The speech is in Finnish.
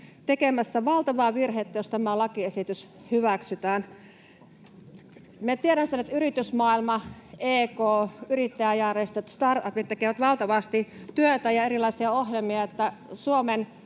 tekemässä valtavaa virhettä, jos tämä lakiesitys hyväksytään. Me tiedämme sen, että yritysmaailma, EK, yrittäjäjärjestöt, startupit tekevät valtavasti työtä ja erilaisia ohjelmia, että Suomen